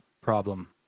problem